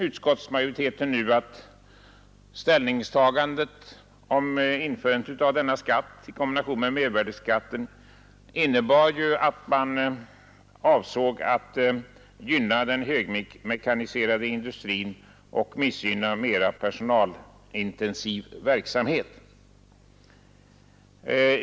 Utskottsmajoriteten säger att ställningstagandet för ett införande av denna skatt i kombination med mervärdeskatten avsåg att gynna den högmekaniserade industrin och missgynna mera personalintensiv verksamhet.